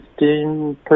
15